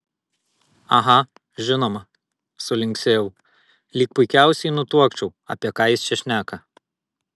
aha žinoma sulinksėjau lyg puikiausiai nutuokčiau apie ką jis čia šneka